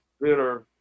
bitter